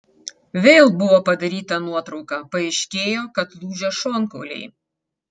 vėl buvo padaryta nuotrauka paaiškėjo kad lūžę šonkauliai